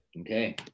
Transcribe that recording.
Okay